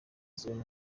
z’uyu